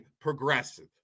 progressive